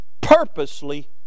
purposely